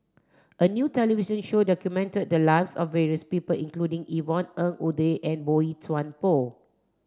a new television show documented the lives of various people including Yvonne Ng Uhde and Boey Chuan Poh